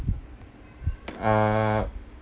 ah